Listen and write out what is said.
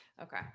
Okay